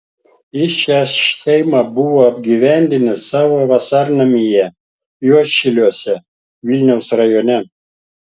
jis šią šeimą buvo apgyvendinęs savo vasarnamyje juodšiliuose vilniaus rajone